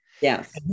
Yes